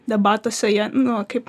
debatuose jie nu kaip